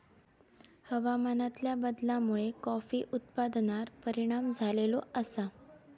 हवामानातल्या बदलामुळे कॉफी उत्पादनार परिणाम झालो आसा